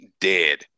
Dead